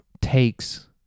takes